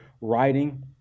writing